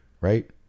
Right